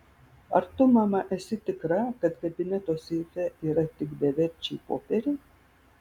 ar tu mama esi tikra kad kabineto seife yra tik beverčiai popieriai